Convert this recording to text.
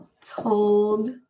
told